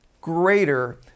greater